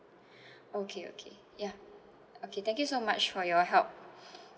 okay okay yeah okay thank you so much for your help